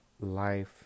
life